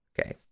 Okay